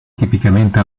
tipicamente